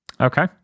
okay